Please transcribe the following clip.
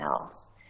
else